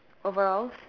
overalls